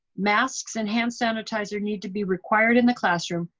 masks and hand sanitizer need to be required in the classroom.